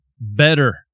better